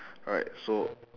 alright so